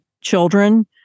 children